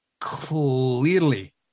clearly